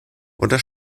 oder